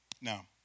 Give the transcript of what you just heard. Now